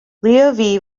leo